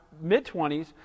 mid-20s